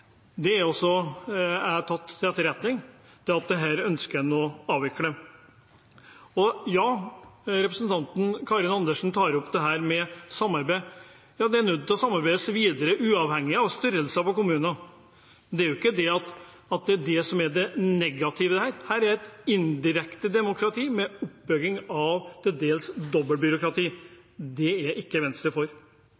Det har også jeg tatt til etterretning, at her ønsker en å avvikle. Representanten Karin Andersen tar opp dette med samarbeid. Ja, en er nødt til å samarbeide videre, uavhengig av størrelsen på kommunene. Det er jo ikke det som er det negative her – det er et indirekte demokrati med oppbygging av til dels